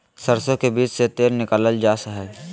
सरसो के बीज से तेल निकालल जा हई